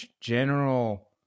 general